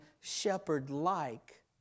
shepherd-like